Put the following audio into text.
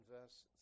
verse